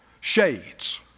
shades